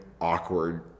awkward